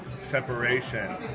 separation